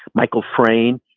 michael frayn.